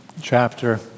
chapter